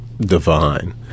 divine